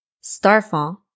Starfall